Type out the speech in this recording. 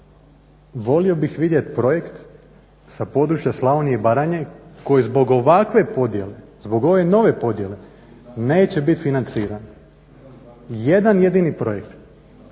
Volio bih vidjeti projekt sa područja Slavonije i Baranje koji zbog ovakve podjele zbog ove nove podjele neće biti financiran. Jedan jedini projekt.